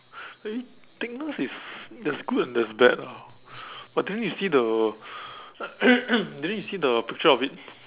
maybe thickness is there's good and there's bad ah but then you see the didn't you see the picture of it